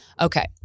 Okay